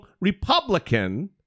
Republican